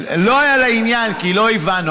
לא היה לעניין, כי לא הבנו.